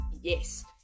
yes